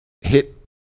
hit